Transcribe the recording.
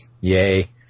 Yay